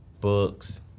books